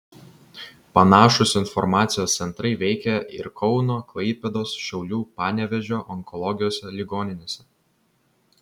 panašūs informacijos centrai veikė ir kauno klaipėdos šiaulių panevėžio onkologijos ligoninėse